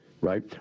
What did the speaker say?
right